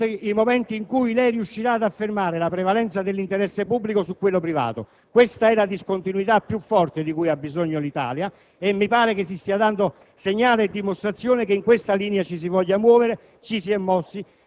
Signor Presidente del Consiglio, questa maggioranza le sarà vicina in tutti i momenti in cui lei riuscirà ad affermare la prevalenza dell'interesse pubblico su quello privato. Questa è la discontinuità più forte di cui ha bisogno l'Italia e mi pare che si stiano dando